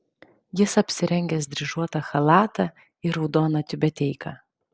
jis apsirengęs dryžuotą chalatą ir raudoną tiubeteiką